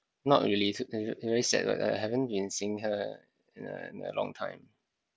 not really it's very sad I haven't been seeing her in a in a long time